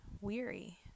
weary